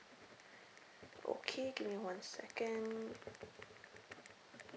okay give me one second